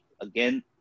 again